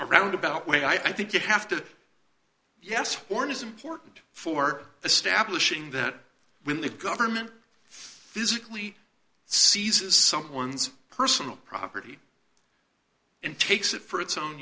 a roundabout way i think you have to yes horn is important for establishing that when the government physically seizes someone's personal property and takes it for its own